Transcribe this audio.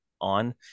on